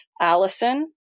Allison